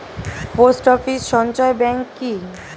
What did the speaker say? Post office সঞ্চয় bank কি?